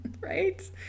right